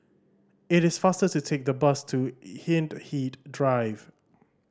it is faster to take the bus to Hindhede Drive